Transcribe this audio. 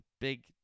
big